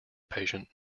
patient